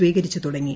സ്വീകരിച്ചു തുടങ്ങി